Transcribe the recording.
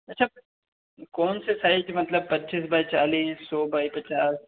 अच्छा कौनसे साइज मतलब पच्चीस बाई चालीस सौ बाई पचास